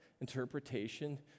interpretation